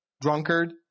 Drunkard